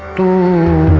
to